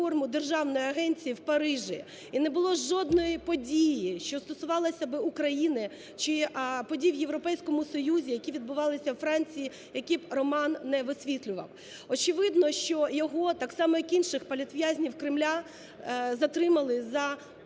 державної агенції в Парижі. І не було жодної події, що стосувалася би України, чи подій в Європейському Союзі, які відбувалися у Франції, які б роман не висвітлював. Очевидно, що його, так само як і інших політв'язнів Кремля, затримали за абсолютно